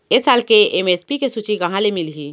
ए साल के एम.एस.पी के सूची कहाँ ले मिलही?